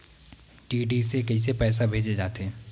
DD से कइसे पईसा भेजे जाथे?